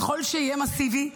ככל שיהיה מסיבי,